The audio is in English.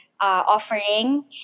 offering